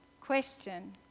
question